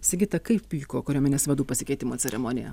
sigita kaip vyko kariuomenės vadų pasikeitimo ceremonija